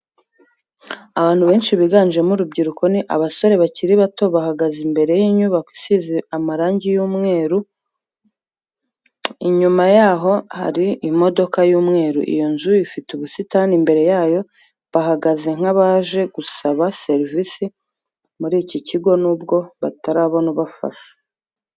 Abantu benshi biganjemo urubyiruko ni abasore bakiri bato bahagaze imbere y'inyubako isize marangi y'umweru inyuma yabo hari imodoka y'umweru, iyo nzu ifite ubusitani imbere yayo, bahagaze nk'abaje gusaba serivisi muri iki kigo nubwo batarabona ubafasha.